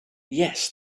yes